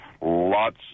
lots